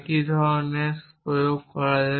একই ধরণের কৌশল প্রয়োগ করা হয়